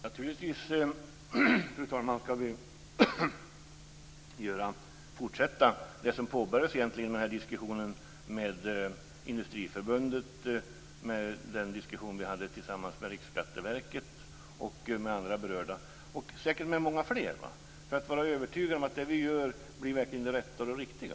Fru talman! Naturligtvis skall vi fortsätta det som påbörjats i och med diskussionen med Industriförbundet. Vi skall fortsätta diskussionen med Riksskatteverket och andra berörda - och säkert många fler - för att vara övertygade om att det vi gör verkligen blir det rätta och riktiga.